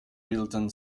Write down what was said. bilden